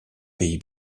pays